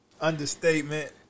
Understatement